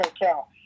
Hotel